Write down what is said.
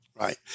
Right